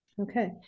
Okay